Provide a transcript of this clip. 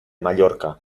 mallorca